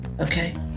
okay